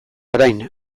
orain